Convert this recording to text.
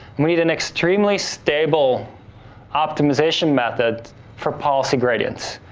we need an extremely stable optimization method for policy gradients.